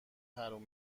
حروم